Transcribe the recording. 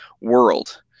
world